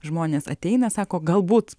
žmonės ateina sako galbūt